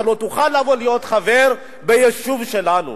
אתה לא תוכל לבוא להיות חבר ביישוב שלנו.